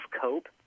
cope